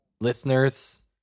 listeners